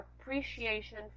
appreciation